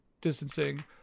distancing